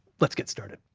let's get started.